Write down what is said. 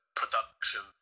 production